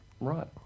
Right